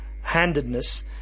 handedness